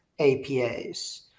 APAs